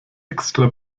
extra